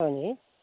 হয়